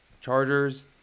Chargers